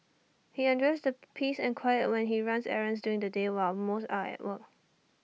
he enjoys the peace and quiet when he runs errands during the day while most are at work